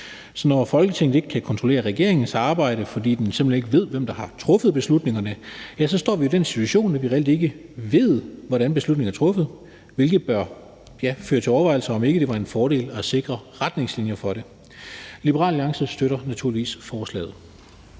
Så når Folketinget ikke kan kontrollere regeringens arbejde, fordi den simpelt hen ikke ved, hvem der har truffet beslutningerne, ja, så står vi jo i den situation, at vi reelt ikke ved, hvordan beslutningen er truffet, hvilket bør føre til overvejelser om, om ikke det var en fordel at sikre retningslinjer for det. Liberal Alliance støtter naturligvis forslaget.